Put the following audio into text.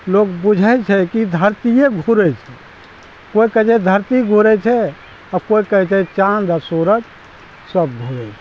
लोग बुझै छै कि धरतिये घुरै छै कोइ कहै छै धरती घुरै छै आ कोइ कहै छै चाँद आ सुरज सब घुरै छै